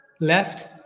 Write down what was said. left